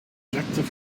objective